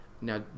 Now